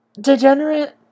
degenerate